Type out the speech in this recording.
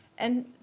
and